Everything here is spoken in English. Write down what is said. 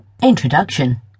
introduction